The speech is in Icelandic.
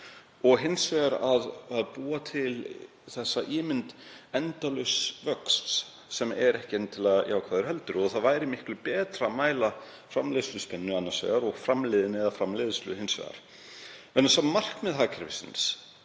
og hins vegar til að búa til ímynd endalauss vaxtar, sem er ekki endilega jákvæð heldur. Það væri miklu betra að mæla framleiðsluspennu annars vegar og framleiðni eða framleiðslu hins vegar, vegna þess að markmið hagkerfisins